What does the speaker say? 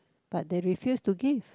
but they refuse to give